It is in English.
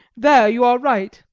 there you are right,